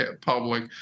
public